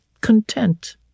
content